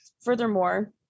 furthermore